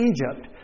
Egypt